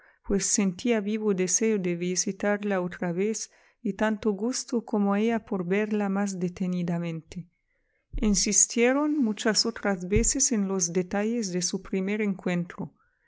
pues sentía vivo deseo de visitarla otra vez y tanto gusto como ella por verla más detenidamente insistieron muchas otras veces en los detalles de su primer encuentro